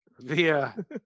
via